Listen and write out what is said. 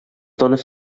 dones